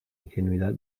ingenuidad